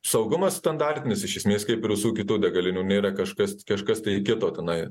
saugumas standartinis iš esmės kaip ir visų kitų degalinių nėra kažkas kažkas tai kito tenai